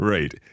Right